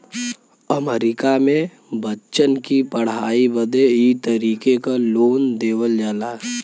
अमरीका मे बच्चन की पढ़ाई बदे ई तरीके क लोन देवल जाला